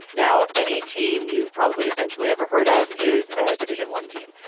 now any team you've probably essentially ever heard of is a division one team.